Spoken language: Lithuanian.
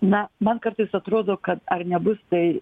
na man kartais atrodo kad ar nebus tai